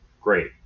great